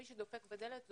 מי שדופק בדלת,